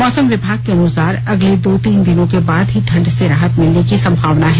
मौसम विभाग के अनुसार अगले दो तीन दिनों के बाद ही ठंड से राहत मिलने की संभावना है